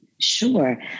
Sure